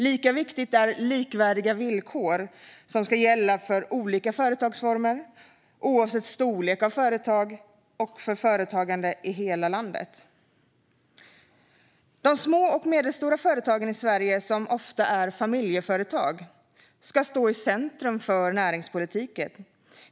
Lika viktigt är att likvärdiga villkor ska gälla för olika företagsformer, oavsett storlek på företagen, och för företagande i hela landet. De små och medelstora företagen i Sverige, som ofta är familjeföretag, ska stå i centrum för näringspolitiken.